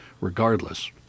regardless